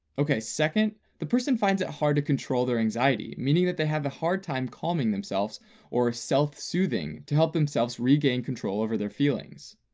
okay second the person finds it hard to control their anxiety, meaning that they have a hard time calming themselves or self-soothing to help themselves regain control over their feelings.